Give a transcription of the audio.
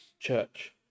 church